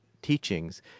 teachings